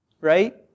Right